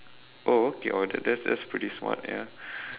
oh okay oh that that that's pretty smart ya